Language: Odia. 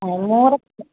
ମୋର